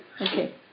Okay